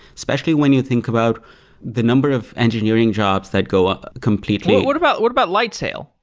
especially when you think about the number of engineering jobs that go ah completely what about what about lightsail?